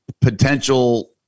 potential